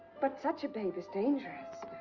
but such a babe is dangerous.